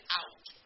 out